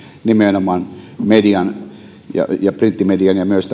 nimenomaan median printtimedian ja myös